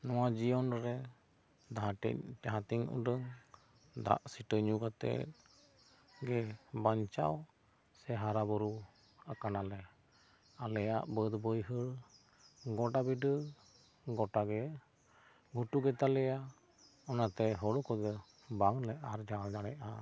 ᱱᱚᱣᱟ ᱡᱤᱭᱚᱱ ᱨᱮ ᱡᱟᱦᱟᱸ ᱛᱤ ᱡᱟᱦᱟᱸ ᱛᱤᱧ ᱩᱰᱩᱝ ᱫᱟᱜ ᱥᱤᱛᱟ ᱧᱩ ᱠᱟᱛᱮᱜ ᱜᱮ ᱵᱟᱧᱪᱟᱣ ᱥᱮ ᱦᱟᱨᱟ ᱵᱩᱨᱩ ᱟᱠᱟᱱᱟ ᱞᱮ ᱟᱞᱮᱭᱟᱜ ᱵᱟᱹᱫ ᱵᱟᱹᱭᱦᱟᱹᱲ ᱯᱤᱲᱦᱟ ᱜᱚᱰᱟ ᱵᱮᱰᱟ ᱜᱚᱴᱟ ᱜᱮ ᱜᱷᱩᱴᱩ ᱜᱮ ᱛᱟᱞᱮᱭᱟ ᱚᱱᱟᱛᱮ ᱦᱳᱲᱳ ᱠᱚᱜᱮ ᱵᱟᱝ ᱞᱮ ᱟᱨᱡᱟᱣ ᱫᱟᱲᱮᱭᱟᱜᱼᱟ